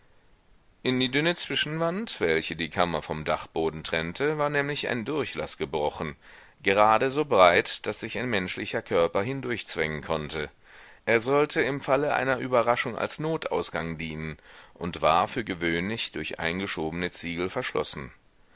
in die dünne zwischenwand welche die kammer vom dachboden trennte war nämlich ein durchlaß gebrochen gerade so breit daß sich ein menschlicher körper hindurchzwängen konnte er sollte im falle einer überraschung als notausgang dienen und war für gewöhnlich durch eingeschobene ziegel verschlossen